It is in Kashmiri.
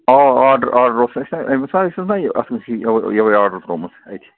اَوا آرڈَر آرڈَر اوس اَسہِ أمِس حظ چھُنا یہِ اَسہِ اوس یہِ یَوَے آرڈر ترٛوومُت اَتہِ